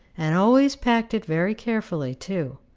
and always packed it very carefully, too.